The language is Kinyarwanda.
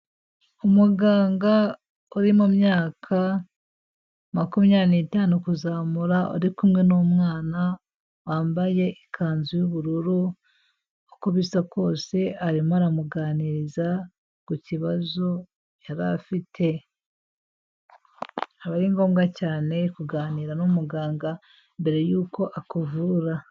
Umuganga uri mu myaka makumyabiri n'itanu kuzamura uri kumwe n'umwana wambaye ikanzu y'ubururu, uko bisa kose arimo aramuganiriza ku kibazo yari afite, akaba ari ngombwa cyane kuganira n'umuganga mbere yuko akuvura.